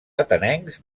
atenencs